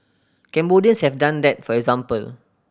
Cambodians have done that for example